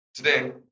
Today